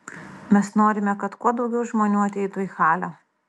mes norime kad kuo daugiau žmonių ateitų į halę